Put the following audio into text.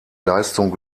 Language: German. leistung